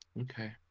okay